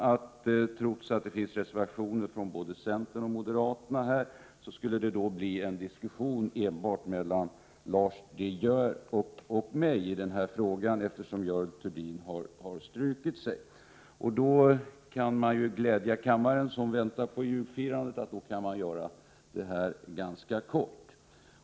Trots att det i den här frågan finns reservationer från både centern och moderaterna, skulle ju debatten komma att föras mellan enbart Lars De Geer och mig, eftersom Görel Thurdin har strukit sig. Man skulle därför kunna glädja kammaren — som väntar på julfirandet — genom att göra debatten ganska kort.